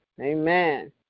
Amen